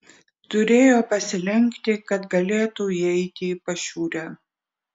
turėjo pasilenkti kad galėtų įeiti į pašiūrę